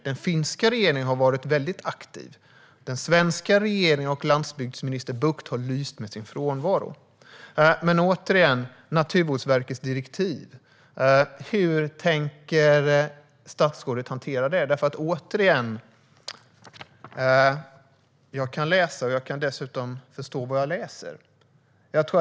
Den finska regeringen har som sagt varit mycket aktiv medan den svenska regeringen och landsbygdsminister Bucht har lyst med sin frånvaro. Hur tänker statsrådet hantera Naturvårdsverkets direktiv? Jag kan läsa och dessutom förstå vad jag läser.